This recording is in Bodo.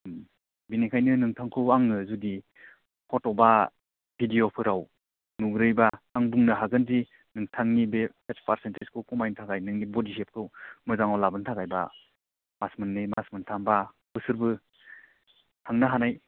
उम बिनिखायनो नोंथांखौ आङो जुदि फट' बा भिडिअफोराव नुग्रोयोबा आं बुंनो हागोन दि नोंथांनि बे फेट्स फारसेनटेजखौ खमायनो थाखाय नोंनि बडि सेपखौ मोजांआव लाबोनो थाखाय बा मास मोननै मास मोनथाम बा बोसोरबो थांनो हानाय